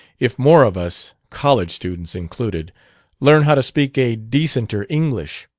if more of us college students included learned how to speak a decenter english.